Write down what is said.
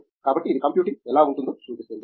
కాబట్టి ఇది కంప్యూటింగ్ ఎలా ఉంటుందో చూపిస్తుంది